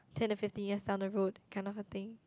ten to fifty years down the road kind of a thing